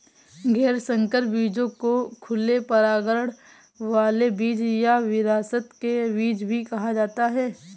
गैर संकर बीजों को खुले परागण वाले बीज या विरासत के बीज भी कहा जाता है